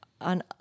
on